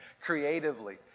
creatively